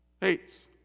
hates